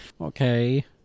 Okay